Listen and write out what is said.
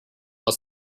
less